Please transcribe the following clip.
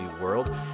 world